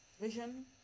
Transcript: vision